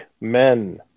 men